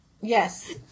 yes